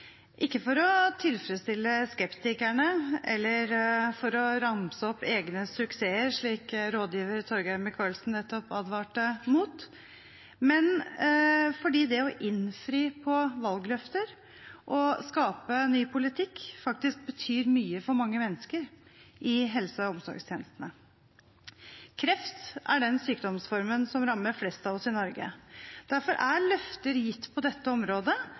ikke for å tilfredsstille skeptikerne eller for å ramse opp egne suksesser, slik rådgiver Torgeir Micaelsen nettopp advarte mot, men fordi det å innfri valgløfter og skape ny politikk faktisk betyr mye for mange mennesker i helse- og omsorgstjenestene. Kreft er den sykdomsformen som rammer flest av oss i Norge. Derfor er løfter gitt på dette området